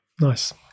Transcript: Nice